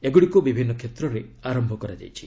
ଏଗୁଡ଼ିକୁ ବିଭିନ୍ନ କ୍ଷେତ୍ରରେ ଆରମ୍ଭ କରାଯାଇଛି